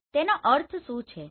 તો તેનો અર્થ શું છે